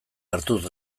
hartuz